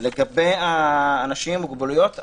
לגבי אנשים עם מוגבלויות,